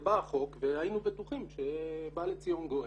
ובא החוק והיינו בטוחים שבא לציון גואל,